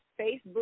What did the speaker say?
Facebook